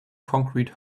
concrete